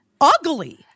ugly